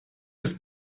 des